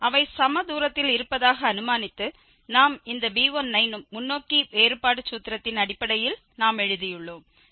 அவை சமதூரத்தில் இருப்பதாக அனுமானித்து நாம் இந்த b1 ஐ முன்னோக்கி வேறுபாடு சூத்திரத்தின் அடிப்படையில் நாம் எழுதியுள்ளோம் இந்த x1 x0h